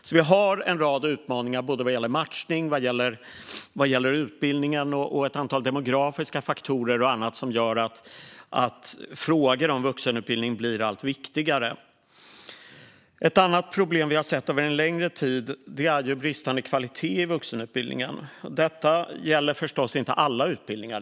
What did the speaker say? Det finns en rad utmaningar vad gäller matchning, utbildning och ett antal demografiska faktorer som gör att frågor om vuxenutbildning blir allt viktigare. Ett annat problem vi har sett över en längre tid är bristande kvalitet i vuxenutbildningen. Detta gäller förstås inte alla utbildningar.